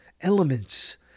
elements